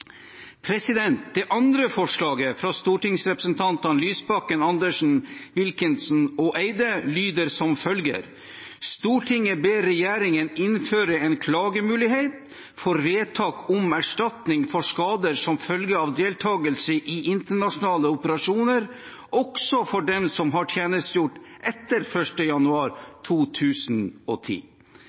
Det andre forslaget, fra stortingsrepresentantene Lysbakken, Andersen, Wilkinson og Eide, lyder som følger: «Stortinget ber regjeringen innføre en klagemulighet for vedtak om erstatning for skader som følge av deltakelse i internasjonale operasjoner, også for dem som har tjenestegjort etter 1. januar 2010.